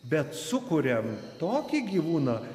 bet sukuriam tokį gyvūną